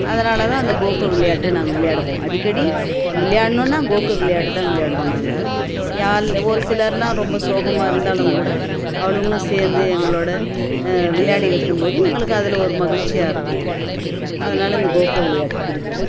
அதனால்தான் அந்த கோகோ விளையாட்டு நாங்கள் விளையாடுவோம் அடிக்கடி விளையாடணுன்னா கோகோ விளையாட்டு தான் விளையாடுவோம் நாங்கள் யா ஒரு சிலரெல்லாம் ரொம்ப சோகமாக இருந்தாலும் கூட அவளுங்களும் சேர்ந்து எங்களோட விளையாடி வைக்கும் போது எங்களுக்கு அதில் ஒரு மகிழ்ச்சியாக இருக்கும் அதனால் அந்த கோகோ விளையாட்டு பிடிக்கும்